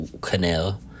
canal